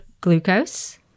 glucose